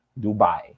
Dubai